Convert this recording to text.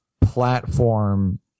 platform